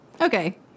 Okay